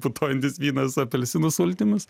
putojantis vynas apelsinų sultimis